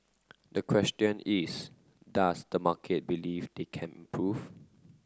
the question is does the market believe they can improve